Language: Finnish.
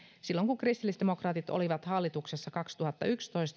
silloin kun kristillisdemokraatit olivat hallituksessa kaksituhattayksitoista